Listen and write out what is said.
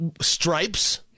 Stripes